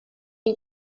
you